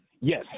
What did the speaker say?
Yes